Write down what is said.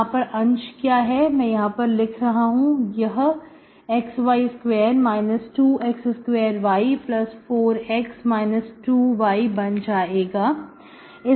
यहां पर अंश क्या है मैं यहां पर लिख रहा हूं यह xy2 2x2y4x 2y बन जाएगा